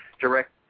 direct